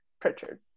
Pritchard